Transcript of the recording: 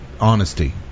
honesty